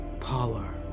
Power